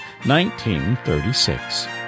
1936